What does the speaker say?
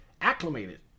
acclimated